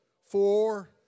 four